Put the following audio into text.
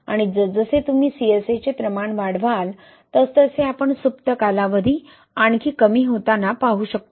आणि जसजसे तुम्ही CSA चे प्रमाण वाढवाल तसतसे आपण सुप्त कालावधी आणखी कमी होताना पाहू शकतो